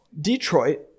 Detroit